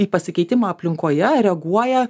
į pasikeitimą aplinkoje reaguoja